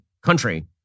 country